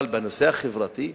אבל בנושא החברתי?